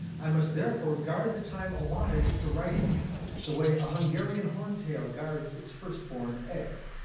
i must, therefore, guard the time allotted to writing the way a hungarian horntail guards its firstborn egg.